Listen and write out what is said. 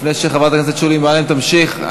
לפני שחברת הכנסת שולי מועלם תמשיך,